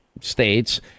states